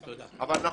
אבל אנחנו